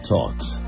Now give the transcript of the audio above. Talks